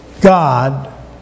God